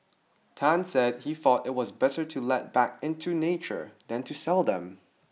Tan said he thought it was better to let back into nature than to sell them